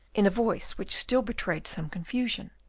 in a voice which still betrayed some confusion.